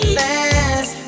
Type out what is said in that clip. last